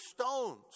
stones